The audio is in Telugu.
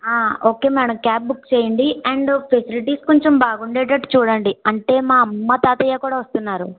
ఓకే మేడం క్యాబ్ బుక్ చేయండి అండ్ ఫెసిలిటీస్ కొంచెం బాగుండేట్టు చూడండి అంటే మా అమ్మమ్మ తాతయ్య కూడా వస్తున్నారు